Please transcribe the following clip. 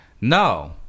no